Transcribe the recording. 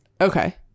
Okay